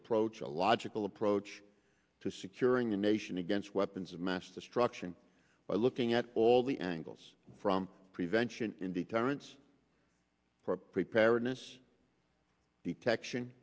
approach a logical approach to securing the nation against weapons of mass destruction by looking at all the angles from prevention in deterrence preparedness detection